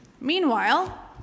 Meanwhile